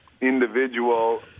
individual